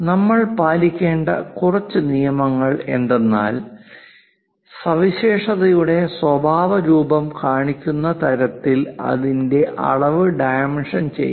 നമ്മൾ പാലിക്കേണ്ട കുറച്ച് നിയമങ്ങൾ എന്തെന്നാൽ സവിശേഷതയുടെ സ്വഭാവരൂപം കാണിക്കുന്ന തരത്തിൽ അതിന്റെ അളവ് ഡൈമെൻഷൻ ചെയ്യുക